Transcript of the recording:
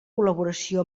col·laboració